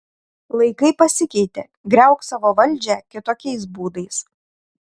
laikai pasikeitė griauk savo valdžią kitokiais būdais